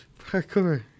parkour